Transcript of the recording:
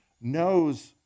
knows